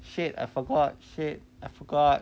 shit I forgot shit I forgot